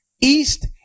east